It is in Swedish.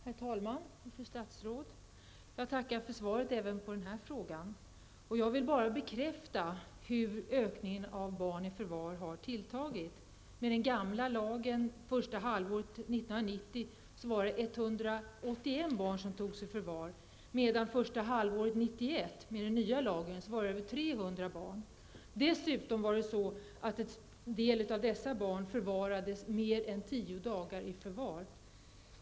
Herr talman! Fru statsråd! Jag tackar för svaret även på den här frågan. Jag vill bara bekräfta hur ökningen av barn i förvar har tilltagit. Med den gamla lagen, under första halvåret 1990 togs ett 181 barn i förvar. Med den nya lagen, under första halvåret 1991, var det över 300 barn som togs i förvar. En del av dessa barn förvarades dessutom i mer än 10 dagar.